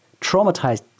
traumatized